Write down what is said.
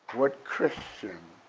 what christian,